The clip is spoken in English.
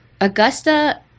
Augusta